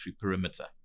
perimeter